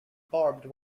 barbed